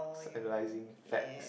analyzing facts